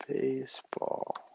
baseball